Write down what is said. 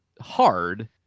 hard